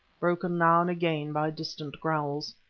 broken now and again by distant growls.